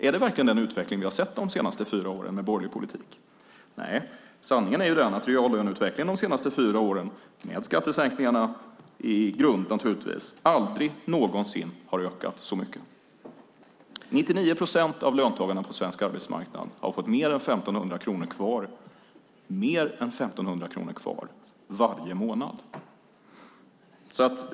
Är det verkligen den utveckling vi har sett de senaste fyra åren med borgerlig politik? Nej, sanningen är den att reallöneutvecklingen de senaste fyra åren, med skattesänkningarna som grund, aldrig någonsin har ökat så mycket. 99 procent av löntagarna på svensk arbetsmarknad har fått mer än 1 500 kronor kvar varje månad.